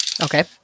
Okay